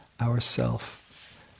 ourself